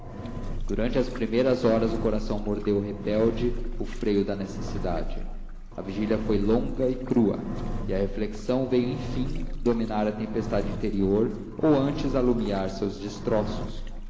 durante as primeiras horas o coração mordeu rebelde o freio da necessidade a vigília foi longa e crua e a reflexão veio enfim dominar a tempestade interior ou antes alumiar seus destroços